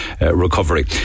recovery